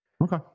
Okay